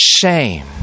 shame